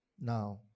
Now